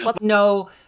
No